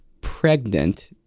pregnant